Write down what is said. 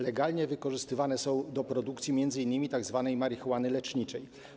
Legalnie wykorzystywane są do produkcji m.in. tzw. marihuany leczniczej.